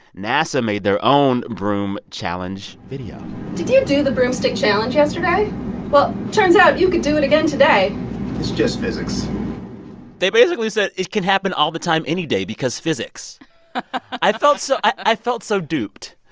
nasa made their own broom challenge video did you do the broomstick challenge yesterday? well, it turns out you can do it again today it's just physics they basically said it can happen all the time any day because physics i felt so i felt so duped.